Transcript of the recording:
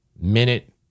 minute